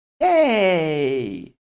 Yay